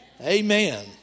Amen